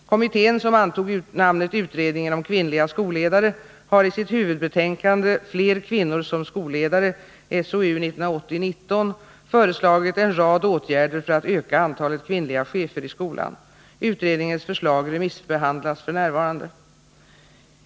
Kommittén, som antog namnet utredningen om kvinnliga skolledare, har i sitt huvudbetänkande Fler kvinnor som skolledare föreslagit en rad åtgärder för att öka antalet kvinnliga chefer i skolan. Utredningens förslag remissbehandlas f. n.